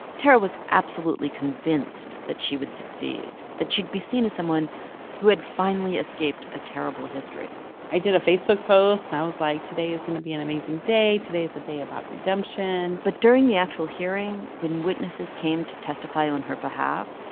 tarra was absolutely convinced that she would succeed, that she'd be seen as someone who had finally escaped a terrible history i did a facebook post, and i was like, today is going to be an amazing day. today is a day about redemption but during the actual hearing, when witnesses came to testify on her behalf,